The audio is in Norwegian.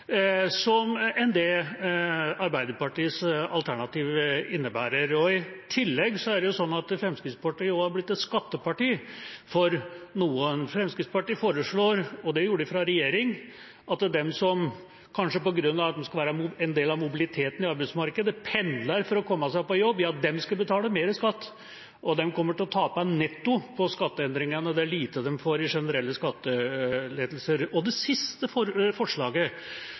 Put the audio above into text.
elavgiften, enn det Arbeiderpartiets alternative budsjett innebærer. I tillegg er det sånn at Fremskrittspartiet også er blitt et skatteparti for noen. Fremskrittspartiet foreslår – og det gjorde de fra regjering – at de som, kanskje på grunn av at de skal være en del av mobiliteten i arbeidslivet, pendler for å komme seg på jobb, de skal betale mer i skatt. De kommer til å tape netto på skatteendringene, det er lite de får i generelle skattelettelser. Det siste forslaget